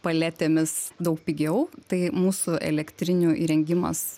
paletėmis daug pigiau tai mūsų elektrinių įrengimas